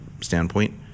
standpoint